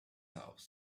house